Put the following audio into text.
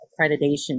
accreditation